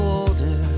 older